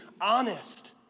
honest